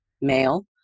male